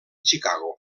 chicago